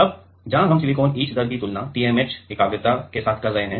अब जहां हम सिलिकॉन ईच दर की तुलना TMAH एकाग्रता के साथ कर रहे हैं